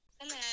Hello